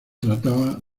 trataba